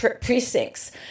precincts